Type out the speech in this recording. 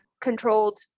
controlled